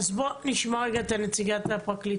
אז בוא נשמע רגע את נציגת הפרקליטות.